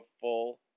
full